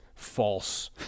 false